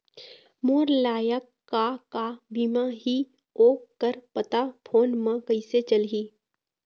मोर लायक का का बीमा ही ओ कर पता फ़ोन म कइसे चलही?